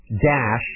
Dash